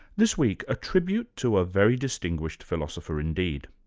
this week, a tribute to a very distinguished philosopher indeed.